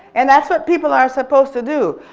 and that's what people are supposed to do.